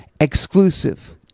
exclusive